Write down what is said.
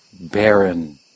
barren